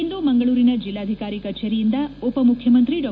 ಇಂದು ಮಂಗಳೂರಿನ ಜಲ್ಲಾಧಿಕಾರಿ ಕಚೇರಿಯಿಂದ ಉಪಮುಖ್ಯಮಂತ್ರಿ ಡಾ